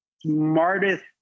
Smartest